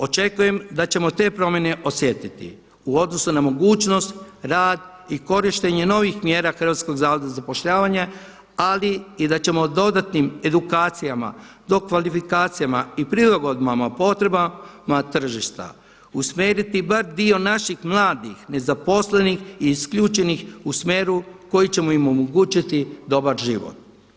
Očekujem da ćemo te promjene osjetiti u odnosu na mogućnost, rad i korištenje novih mjera HZZO-a ali i da ćemo dodatnim edukacijama, dokvalifikacijama i prilagodbama potrebama tržišta usmjeriti bar dio naših mladih nezaposlenih i isključenih u smjeru koji ćemo im omogućiti dobar život.